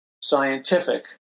scientific